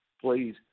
please